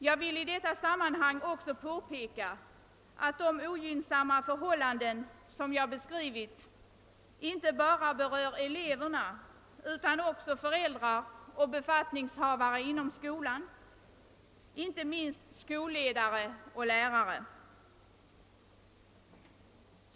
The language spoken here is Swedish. Jag vill i detta sammanhang också påpeka att de ogynnsamma förhållanden som jag beskrivit inte bara berör eleverna utan också föräldrar och befattningshavare inom skolan, inte minst skolledare och lärare.